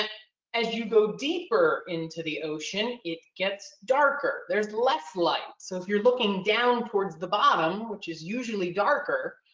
as you go deeper into the ocean, it gets darker. there's less light. so if you're looking down towards the bottom, which is usually darker,